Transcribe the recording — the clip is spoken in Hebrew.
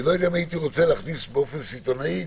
לא יודע אם הייתי רוצה להכניס באופן סיטונאי,